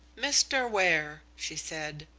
mr. ware, she said,